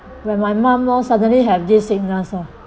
when my mum lor suddenly have this sickness lor